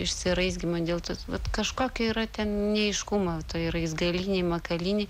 išsiraizgymo dėl to vat kažkokia yra ten neaiškumo toje raizgalynėj makalynėj